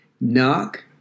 Knock